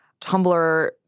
Tumblr